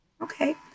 Okay